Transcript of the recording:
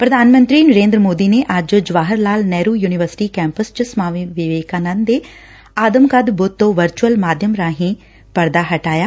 ਪ੍ਰਧਾਨ ਮੰਤਰੀ ਨਰੇਦਰ ਸੋਦੀ ਨੇ ਅੱਜ ਜਵਾਹਰ ਲਾਲ ਨਹਿਰੁ ਯੁਨੀਵਰਸਿਟੀ ਕੈਂਪਸ ਚ ਸਵਾਮੀ ਵਿਵੇਕਾਨੰਦ ਦੇ ਆਦਮ ਕੱਦ ਬੁੱਤ ਤੋਂ ਵਰਚੁਅਲ ਮਾਧਿਅਮ ਰਾਹੀਂ ਪਰਦਾ ਹਟਾਇਆ